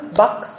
box